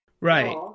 Right